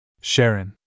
Sharon